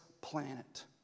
planet